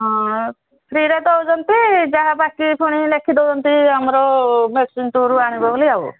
ହଁ ଫ୍ରୀରେ ଦେଉଛନ୍ତି ଯାହା ବାକି ଫୁଣି ଲେଖିଦିଅନ୍ତି ଆମର ମେଡ଼ିସିନ୍ ଷ୍ଟୋର୍ରୁ ଆଣିବ ବୋଲି ଆଉ